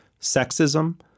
sexism